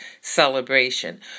celebration